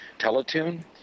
Teletoon